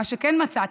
מה שכן מצאתי,